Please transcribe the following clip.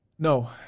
No